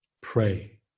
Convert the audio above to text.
pray